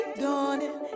dawning